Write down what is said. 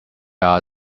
are